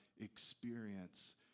experience